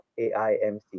AIMC